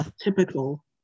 typical